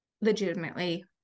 legitimately